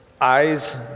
eyes